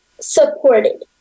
supported